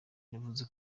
yavuze